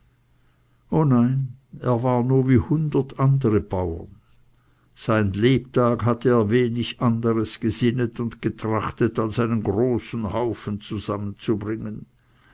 o nein er war nur wie hundert andere bauern sein lebtag hatte er wenig anderes gesinnet und getrachtet als einen großen haufen zusammenzubringen